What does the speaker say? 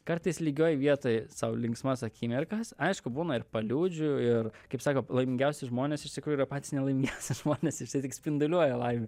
kartais lygioj vietoj sau linksmas akimirkas aišku būna ir paliūdžiu ir kaip sako laimingiausi žmonės iš tikrųjų yra patys nelaimingiausi žmonės nes jie tik spinduliuoja laime